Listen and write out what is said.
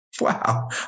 wow